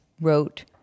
wrote